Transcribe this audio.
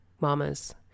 mamas